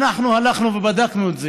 אנחנו הלכנו ובדקנו את זה.